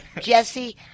Jesse